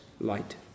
light